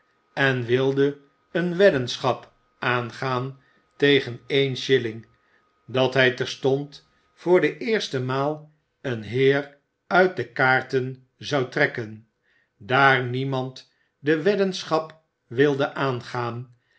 en wi de eene weddenschap aangaan tegen een shilling dat hij terstond voor de eerste maal een heer uit de kaarten zou trekken daar niemand de weddenschap wilde aangaan